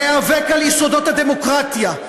להיאבק על יסודות הדמוקרטיה,